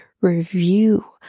Review